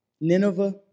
Nineveh